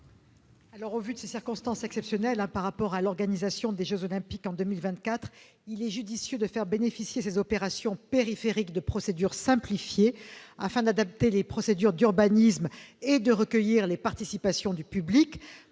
Au vu des circonstances exceptionnelles que constitue l'organisation des jeux Olympiques en 2024, il est judicieux de faire bénéficier ces opérations périphériques de procédures simplifiées, en adaptant les procédures d'urbanisme et en recueillant les participations du public.